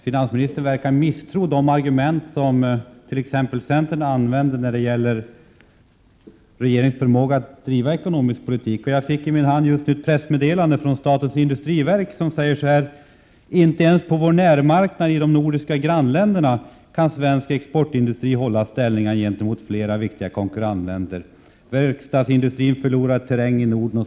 Finansministern verkar uttrycka en misstro i fråga om de argument som t.ex. centern har använt beträffande regeringens förmåga att driva ekonomisk politik. Jag fick just i min hand ett pressmeddelande från statens industriverk, där man skriver: ”Inte ens på vår närmarknad i de nordiska grannländerna kan svensk exportindustri hålla ställningarna gentemot flera viktiga konkurrentländer. Verkstadsindustrin förlorar terräng i Norden ---".